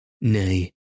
Nay